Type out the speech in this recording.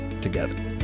together